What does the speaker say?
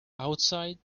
outside